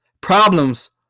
problems